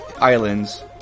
Islands